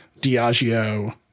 Diageo